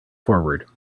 forward